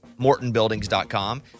MortonBuildings.com